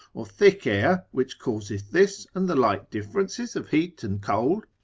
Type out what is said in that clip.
or thick air, which causeth this and the like differences of heat and cold?